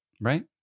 right